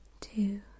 two